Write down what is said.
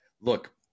Look